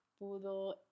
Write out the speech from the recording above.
pudo